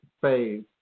phase